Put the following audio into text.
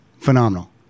phenomenal